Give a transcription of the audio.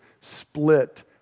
split